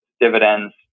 dividends